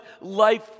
life